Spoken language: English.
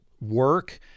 work